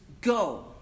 go